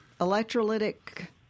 Electrolytic